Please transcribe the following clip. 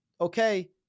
okay